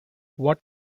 what